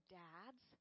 dads